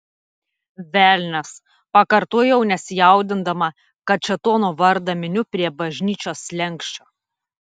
velnias pakartojau nesijaudindama kad šėtono vardą miniu prie bažnyčios slenksčio